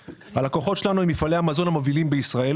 הלקוחות שלנו הם מפעלי המזון המובילים בישראל